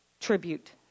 tribute